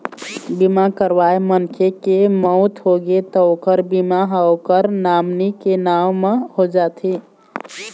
बीमा करवाए मनखे के मउत होगे त ओखर बीमा ह ओखर नामनी के नांव म हो जाथे